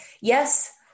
Yes